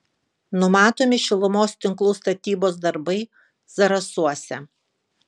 numatomi šilumos tinklų statybos darbai zarasuose